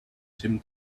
tim